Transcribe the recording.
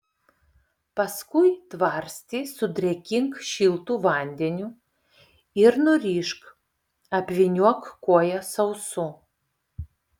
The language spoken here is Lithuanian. paskui tvarstį sudrėkink šiltu vandeniu ir nurišk apvyniok koją sausu